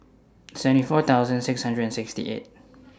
seventy four thousand six hundred and sixty eight